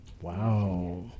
Wow